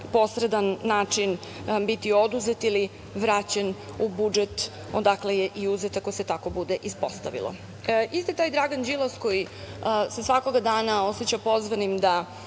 posredan način biti oduzet ili vraćen u budžet odakle je i uzet, ako se tako bude ispostavilo. Isti taj Dragan Đilas se svakoga dana oseća pozvanim da